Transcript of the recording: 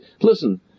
Listen